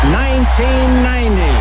1990